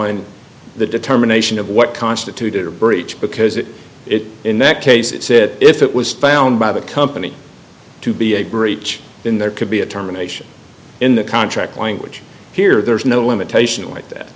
n the determination of what constituted a breach because it it in that case it said if it was found by the company to be a breach in there could be a terminations in the contract language here there's no limitation with that